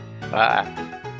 Bye